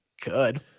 Good